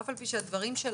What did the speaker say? אף על פי שהדברים שלך,